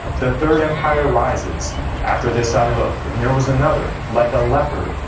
the third empire rises after this i looked, and there was another, like a leopard,